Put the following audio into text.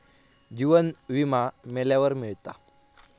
जीवन विमा मेल्यावर मिळता